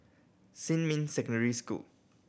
Xinmin Secondary School